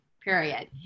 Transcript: period